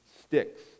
sticks